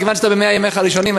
כיוון שאתה ב-100 ימיך הראשונים,